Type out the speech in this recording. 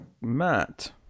Matt